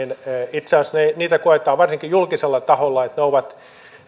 itse asiassa koetaan varsinkin julkisella taholla että ne ovat